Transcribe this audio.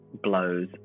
blows